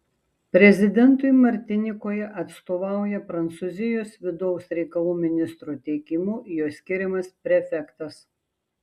prezidentui martinikoje atstovauja prancūzijos vidaus reikalų ministro teikimu jo skiriamas prefektas